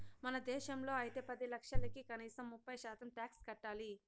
మన దేశంలో అయితే పది లక్షలకి కనీసం ముప్పై శాతం టాక్స్ కట్టాలి